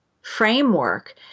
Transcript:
framework